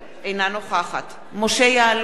אינה נוכחת משה יעלון,